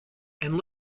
and